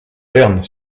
terne